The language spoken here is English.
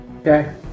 Okay